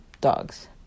dogs